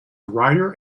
writer